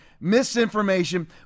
misinformation